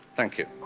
thank you.